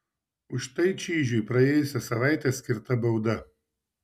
už tai čyžiui praėjusią savaitę skirta bauda